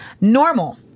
normal